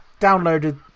downloaded